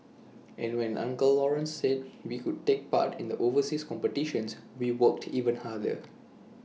and when uncle Lawrence said we could take part in the overseas competitions we worked even harder